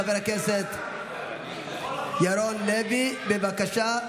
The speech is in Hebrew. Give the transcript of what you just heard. חבר הכנסת ירון לוי, בבקשה.